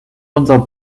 unser